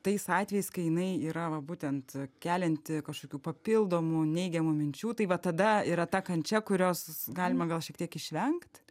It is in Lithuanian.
tais atvejais kai jinai yra va būtent kelianti kažkokių papildomų neigiamų minčių tai va tada yra ta kančia kurios galima gal šiek tiek išvengt